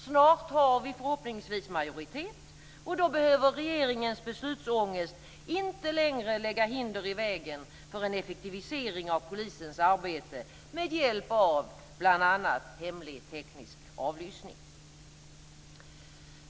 Snart har vi förhoppningsvis majoritet, och då behöver regeringens beslutsångest inte längre lägga hinder i vägen för en effektivisering av polisens arbete med hjälp av bl.a. hemlig teknisk avlyssning.